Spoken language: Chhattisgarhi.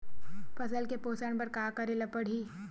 फसल के पोषण बर का करेला पढ़ही?